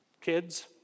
kids